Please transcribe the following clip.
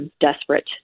desperate